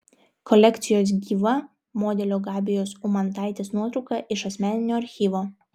kolekcijos gyva modelio gabijos umantaitės nuotrauka iš asmeninio archyvo